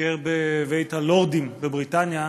ביקר בבית הלורדים בבריטניה,